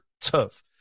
Tough